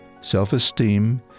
self-esteem